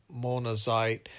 monazite